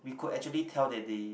we could actually tell that they